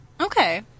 Okay